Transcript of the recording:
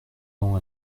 temps